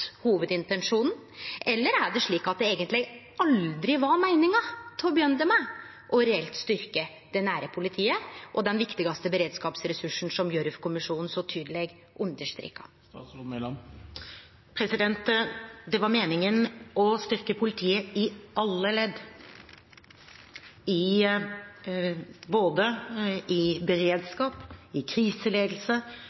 hovudintensjonen, eller er det slik at det eigentleg aldri var meininga, til å begynne med, reelt å styrkje det nære politiet og den viktigaste beredskapsressursen, som Gjørv-kommisjonen så tydeleg understreka? Det var meningen å styrke politiet i alle ledd – både i